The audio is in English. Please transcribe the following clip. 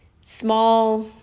small